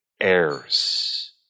heirs